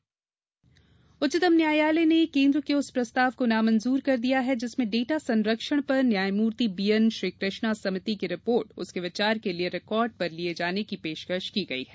data संरक्षण उच्चतम न्यायालय ने केंद्र के उस प्रस्ताव को नामंजूर कर दिया है जिसमें डेटा संरक्षण पर न्यायमूर्ति बी एन श्रीकृष्णा समिति की रिपोर्ट उसके विचार के लिए रिकॉर्ड पर लिए जाने की पेशकश की गई है